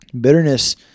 Bitterness